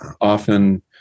often